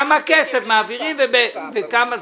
כמה כסף מעבירים ותוך כמה זמן.